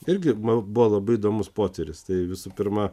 irgi man buvo labai įdomus potyris tai visų pirma